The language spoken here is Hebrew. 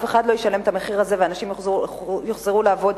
אף אחד לא ישלם את המחיר הזה ואנשים יוחזרו לעבודה.